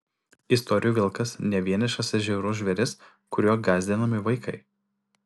istorijų vilkas ne vienišas ir žiaurus žvėris kuriuo gąsdinami vaikai